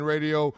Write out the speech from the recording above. Radio